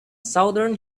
southern